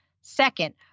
Second